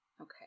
Okay